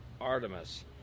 Artemis